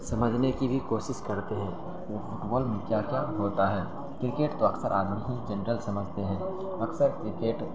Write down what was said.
سمجھنے کی بھی کوشش کرتے ہیں فٹبال میں کیا کیا ہوتا ہے کرکٹ تو اکثر آدمی ہی جنرل سمجھتے ہیں اکثر کرکٹ